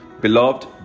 beloved